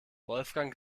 wolfgang